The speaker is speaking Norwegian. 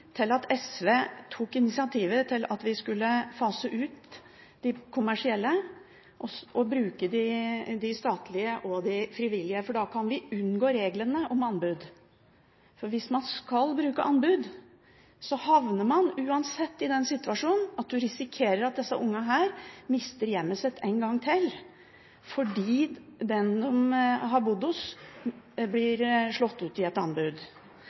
til at SV tok initiativ til at vi skulle fase ut de kommersielle og bruke de statlige og de frivillige, for da kunne vi unngå reglene om anbud. Hvis man innhenter anbud, vil man uansett havne i den situasjonen at man risikerer at disse ungene mister hjemmet sitt en gang til, fordi den de har bodd hos, taper et anbud.